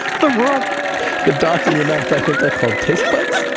the world the dots in your mouth i think are called taste buds